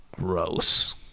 gross